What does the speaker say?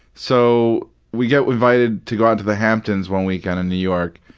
so we get invited to go out to the hamptons one weekend in new york,